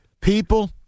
people